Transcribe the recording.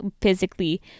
physically